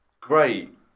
Great